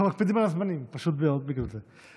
אנחנו מקפידים על הזמנים, פשוט בגלל זה.